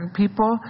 people